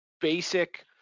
basic